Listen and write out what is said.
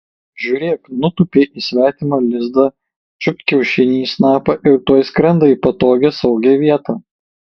žiūrėk nutūpė į svetimą lizdą čiupt kiaušinį į snapą ir tuoj skrenda į patogią saugią vietą